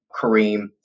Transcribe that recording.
Kareem